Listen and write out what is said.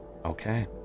Okay